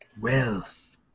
Wealth